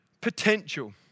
potential